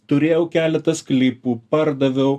turėjau keletą sklypų pardaviau